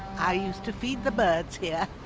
i used to feed the birds here.